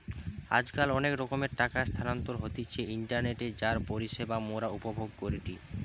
আজকাল অনেক রকমের টাকা স্থানান্তর হতিছে ইন্টারনেটে যার পরিষেবা মোরা উপভোগ করিটি